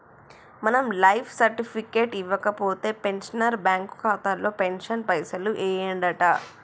మనం life certificate ఇవ్వకపోతే pensioner bank ఖాతాలో పెన్షన్ పైసలు యెయ్యడంట